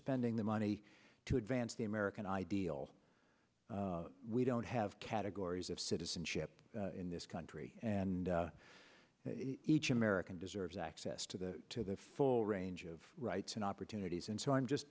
spending the money to advance the american ideal we don't have categories of citizenship in this country and each american deserves access to the full range of rights and opportunities and so i'm just